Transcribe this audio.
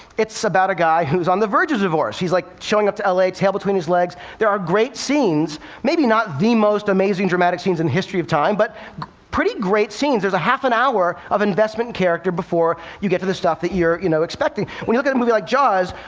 it's about a guy who's on the verge of divorce. he's like showing up to l a, tail between his legs. there are great scenes maybe not the most amazing dramatic scenes in the history of time, but pretty great scenes. there's a half an hour of investment in character before you get to the stuff that you're you know expecting. when you look at a movie like jaws,